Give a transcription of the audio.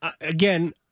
again